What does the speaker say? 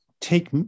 take